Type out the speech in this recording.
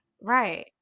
right